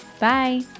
Bye